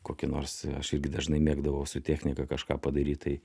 kokį nors aš irgi dažnai mėgdavau su technika kažką padaryt tai